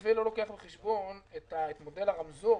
המתווה לא לוקח בחשבון את מודל הרמזור?